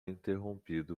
interrompido